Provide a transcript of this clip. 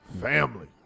Family